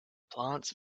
plants